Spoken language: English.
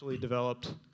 developed